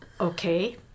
okay